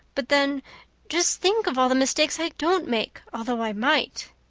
but then just think of all the mistakes i don't make, although i might.